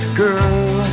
girl